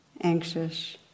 anxious